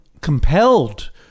compelled